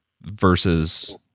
versus